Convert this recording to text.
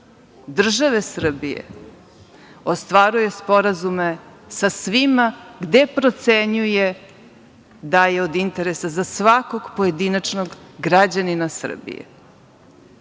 države Srbije, ostvaruje sporazume sa svima gde procenjuje da je od interesa za svakog pojedinačnog građanina Srbije.S